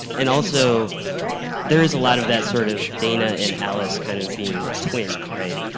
and also there is a lot of that sort of dana and alice kind of being twins right.